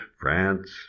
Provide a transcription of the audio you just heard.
France